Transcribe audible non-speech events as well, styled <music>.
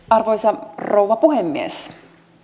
<unintelligible> arvoisa rouva puhemies